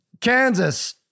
Kansas